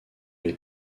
les